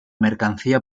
mercancía